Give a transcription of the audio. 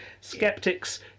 Skeptics